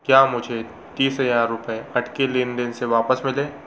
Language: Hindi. क्या मुझे तीस हज़ार रुपये अटके लेन देन से वापस मिले